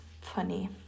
funny